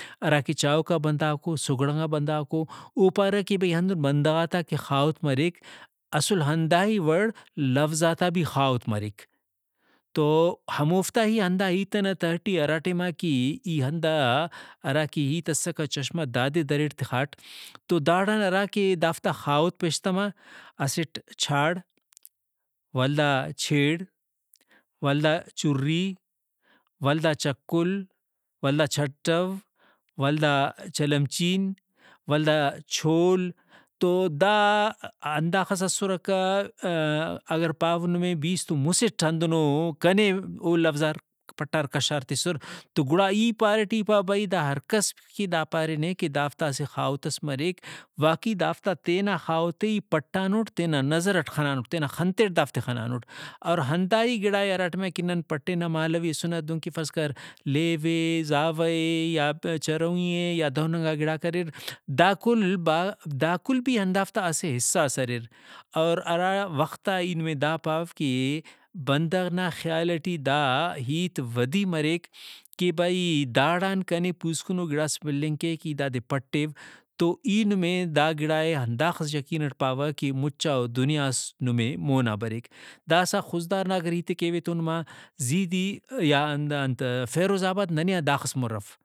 ہراکہ چاہوکا بندغاکو سگھڑنگا بندغاکو او پارہ کہ بھئی ہندن بندغاتا کہ خاہوت مریک اسل ہنداہی وڑ لوظاتا بھی خاہوت مریک۔ تو ہموفتا ہی ہنداہیت ئنا تہٹی ہرا ٹائما کہ ای ہندا ہرا کہ ہیت اسکہ چشمہ دادے دریٹ تخاٹ تو داڑان ہراکہ دافتا خاہوت پیشتما اسٹ چھاڑ ولدا چھیڑ ولدا چھُری ولدا چکُل ولددا چھٹو ولدا چلمچین ولدا چھول تو دا ہنداخس اسرکہ اگر پاو نمے بیستُ مُسٹ ہندنو کنے او لوظاک پٹار کشار تسُر تو گڑا ای پاریٹ ای پاو بھئی دا ہر کس کہ دا پارینے کہ دافتا اسہ خاہوت ئس مریک واقعی دافتا تینا خاہوتے ای پٹانٹ تینا نظرٹ خنانُٹ تینا خنتیٹ دافتے خنانٹ۔ اور ہنداہی گڑائے ہراٹائما کہ نن پٹنہ مالو ہیسنہ دہن کہ فرض کر لیو اے زاوہ اے یا چروی یا دہننگا گڑاک اریر دا کل بھا دا کل بھی ہندافتا اسہ حصہ ئس اریر۔ اور ہرا وختا ای نمے دا پاو کہ بندغ نا خیال ٹی دا ہیت ودی مریک کہ بھئی داڑان کنے پوسکنو گڑاس ملنگ کیک ای دادے پٹیو تو ای نمے دا گڑائے ہنداخس یقینٹ پاوہ کہ مُچا دنیاس نمے مونا بریک۔ داسہ خضدار نا اگر ہیتے کیو ایتون نما زیدی یا ہندا انت فیروز آباد ننے آن داخس مُر اف۔